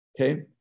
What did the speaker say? Okay